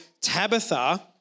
Tabitha